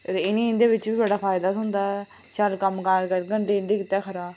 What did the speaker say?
ते इ'नेंगी इत्थें एह्दे बिच्चा फायदा थ्होंदा शैल कम्म काज करङन ते इंदे आस्तै खरा